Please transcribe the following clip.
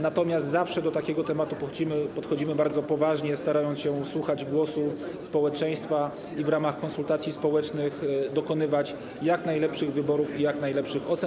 Natomiast zawsze do takiego tematu podchodzimy bardzo poważnie, starając się słuchać głosu społeczeństwa i w ramach konsultacji społecznych dokonywać jak najlepszych wyborów i jak najlepszych ocen.